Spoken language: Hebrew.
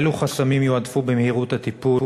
אילו חסמים יועדפו במהירות הטיפול,